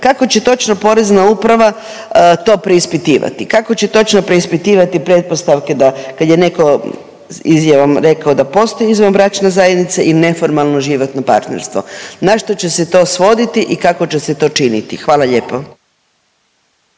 kako će točno Porezna uprava to preispitivati, kao će točno preispitivati pretpostavke da kad je netko izjavom rekao da postoji izvanbračna zajednica i neformalno životno partnerstvo. Na što će se to svoditi i kako će se to činiti? Hvala lijepo.